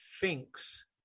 thinks